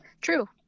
True